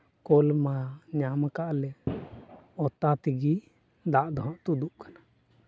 ᱠᱚᱞ ᱢᱟ ᱧᱟᱢ ᱠᱟᱜᱼᱟ ᱞᱮ ᱚᱛᱟ ᱛᱮᱜᱮ ᱫᱟᱜ ᱫᱚ ᱦᱟᱸᱜ ᱛᱩᱫᱩᱜ ᱠᱟᱱᱟ